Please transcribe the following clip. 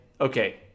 Okay